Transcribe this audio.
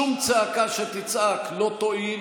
שום צעקה שתצעק לא תועיל